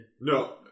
No